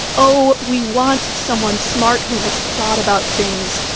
oh, we want someone smart who has thought about things.